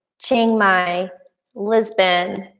chiang mai lisbon,